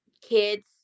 kids